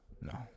No